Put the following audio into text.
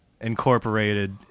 incorporated